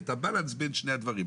ואת ה-balance בין שני הדברים.